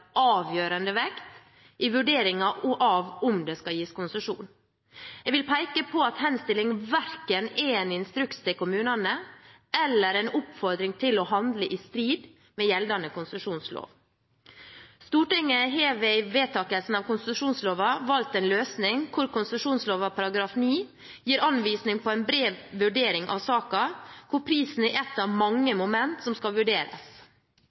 avgjørende vekt i vurderingen av om det skal gis konsesjon.» Jeg vil peke på at henstillingen verken er en instruks til kommunene eller en oppfordring til å handle i strid med gjeldende konsesjonslov. Stortinget har ved vedtakelsen av konsesjonsloven valgt en løsning hvor konsesjonsloven § 9 gir anvisning på en bred vurdering av saken, hvor prisen er et av mange momenter som skal vurderes.